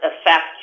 affect